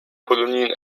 kolonien